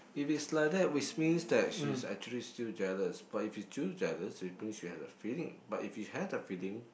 if is like that which means that she's actually still jealous but you still jealous which means you have the feeling but you have the feeling